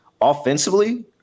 offensively